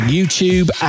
YouTube